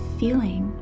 feeling